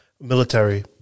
military